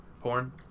porn